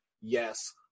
yes